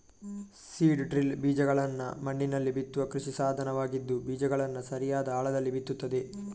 seed drill ಬೀಜಗಳನ್ನ ಮಣ್ಣಿನಲ್ಲಿ ಬಿತ್ತುವ ಕೃಷಿ ಸಾಧನವಾಗಿದ್ದು ಬೀಜಗಳನ್ನ ಸರಿಯಾದ ಆಳದಲ್ಲಿ ಬಿತ್ತುತ್ತದೆ